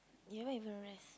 you haven't even rest